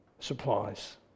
supplies